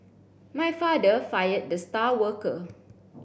my father fired the star worker